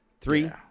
Three